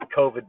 COVID